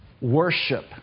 Worship